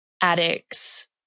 addicts